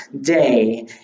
day